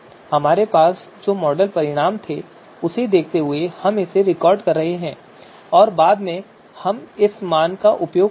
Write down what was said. हमारे पास जो मॉडल परिणाम थे उसे देखते हुए हम इसे रिकॉर्ड कर रहे हैं और बाद में हम इस मान का उपयोग करेंगे